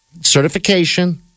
certification